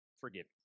forgive